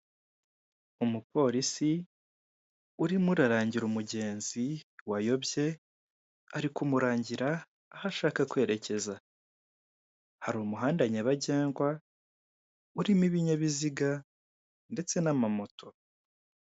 Umuporisi urimo urarangira umugenzi wayobye ari kumurangira aho ashaka kwerekeza, hari umuhanda nyabagendwa urimo ibinyabiziga ndetse n'amamoto.